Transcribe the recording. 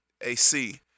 AC